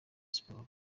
siporo